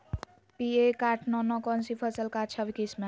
P एक आठ नौ नौ कौन सी फसल का अच्छा किस्म हैं?